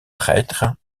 prêtre